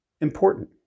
important